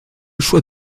choix